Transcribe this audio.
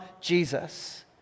Jesus